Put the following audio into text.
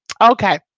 Okay